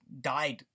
died